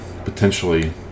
Potentially